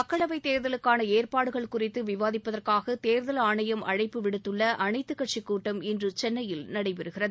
மக்களவை தேர்தலுக்கான ஏற்பாடுகள் குறித்து விவாதிப்பதற்காக தேர்தல் ஆணையம் அழைப்பு விடுத்துள்ள அனைத்துக் கட்சி கூட்டம் இன்று சென்னையில் நடைபெறுகிறது